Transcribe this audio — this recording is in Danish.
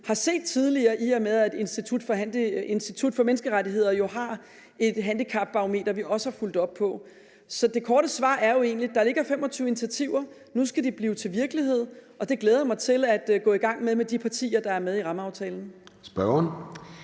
har set tidligere, i og med at Institut for Menneskerettigheder jo har et handicapbarometer, vi også har fulgt op på. Så det korte svar er egentlig: Der ligger 25 initiativer; nu skal de blive til virkelighed, og det glæder jeg mig til at gå i gang med med de partier, der er med i rammeaftalen. Kl. 13:51